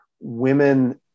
women